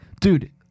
Dude